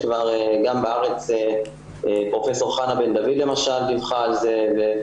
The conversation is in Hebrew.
גם בארץ פרופ' חנה בן דוד למשל דיווחה על זה,